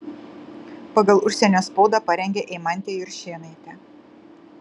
pagal užsienio spaudą parengė eimantė juršėnaitė